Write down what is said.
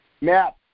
Matt